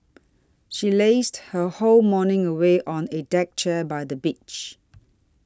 she lazed her whole morning away on a deck chair by the beach